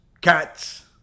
cats